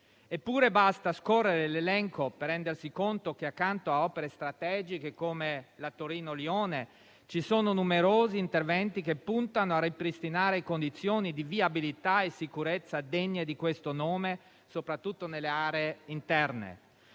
Eppure, basta scorrere l'elenco per rendersi conto che, accanto a opere strategiche, come la Torino-Lione, ci sono numerosi interventi che puntano a ripristinare condizioni di viabilità e sicurezza degne di questo nome, soprattutto nelle aree interne.